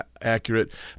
accurate